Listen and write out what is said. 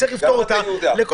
נצטרך לפתור אותה לגבי הכול.